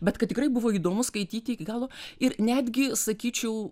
bet kad tikrai buvo įdomu skaityti iki galo ir netgi sakyčiau